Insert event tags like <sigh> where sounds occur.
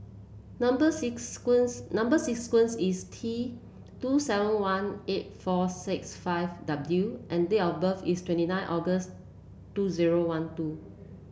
number <unintelligible> number sequence is T two seven one eight four six five W and date of birth is twenty nine August two zero one two